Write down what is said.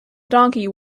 donkey